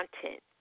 content